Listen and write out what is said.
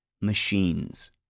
machines